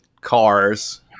cars